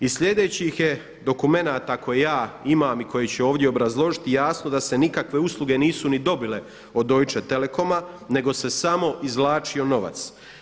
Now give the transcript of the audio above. Iz sljedećih je dokumenata koje ja imam i koje ću ovdje obrazložiti jasno da se nikakve usluge nisu ni dobile od Deutsche Telekoma nego se samo izvlaćio novac.